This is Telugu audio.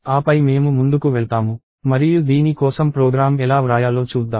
ఆపై మేము ముందుకు వెళ్తాము మరియు దీని కోసం ప్రోగ్రామ్ ఎలా వ్రాయాలో చూద్దాం